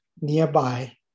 nearby